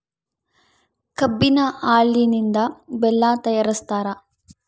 ಕಬ್ಬಿನ ಹಾಲಿನಿಂದ ಬೆಲ್ಲ ತಯಾರಿಸ್ತಾರ